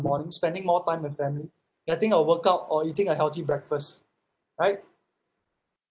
morning spending more time with family getting a workout or eating a healthy breakfast right